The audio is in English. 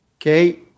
Okay